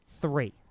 three